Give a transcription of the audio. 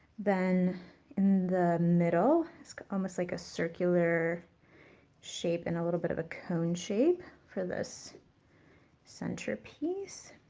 then in the middle, it's almost like a circular shape and a little bit of a cone shape for this centerpiece.